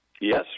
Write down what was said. Yes